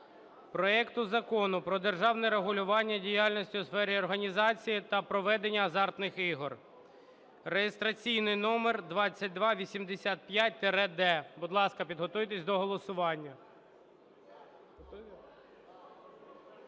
проекту Закону про державне регулювання діяльності у сфері організації та проведення азартних ігор (реєстраційний номер 2285-д). Будь ласка, підготуйтесь до голосування.